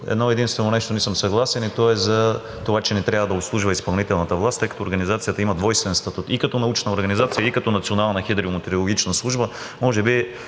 едно-единствено нещо не съм съгласен, и то е за това, че не трябва да обслужва изпълнителната власт. Тъй като организацията има двойствен статут – и като научна организация, и като национална хидрометеорологична служба, може би